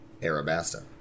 Arabasta